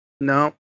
no